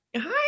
Hi